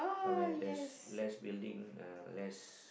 are where there's less building uh less